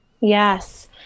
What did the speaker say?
Yes